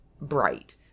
bright